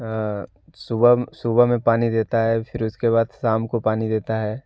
सुबह सुबह में पानी देता है फिर उसके बाद शाम को पानी देता है